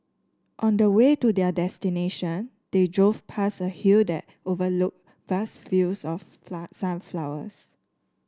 on the way to their destination they drove past a hill that overlooked vast fields of sunflowers